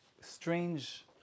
strange